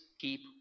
keep